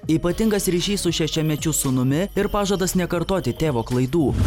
ypatingas ryšys su šešiamečiu sūnumi ir pažadas nekartoti tėvo klaidų